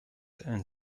and